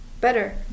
better